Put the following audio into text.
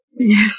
Yes